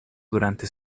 durante